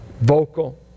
vocal